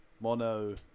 Mono